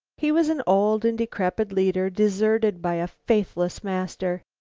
he was an old and decrepit leader, deserted by a faithless master.